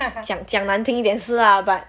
讲讲难听一点是 lah but